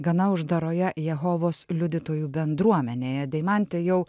gana uždaroje jehovos liudytojų bendruomenėje deimantė jau